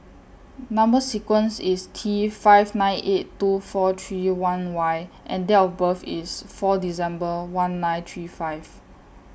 Number sequence IS T five nine eight two four three one Y and Date of birth IS four December one nine three five